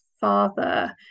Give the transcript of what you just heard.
father